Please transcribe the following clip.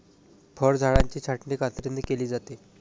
फळझाडांची छाटणी कात्रीने केली जाते